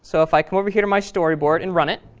so if i come over here to my storyboard and run it